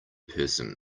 person